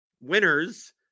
winners